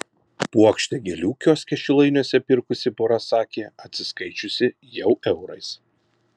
puokštę gėlių kioske šilainiuose pirkusi pora sakė atsiskaičiusi jau eurais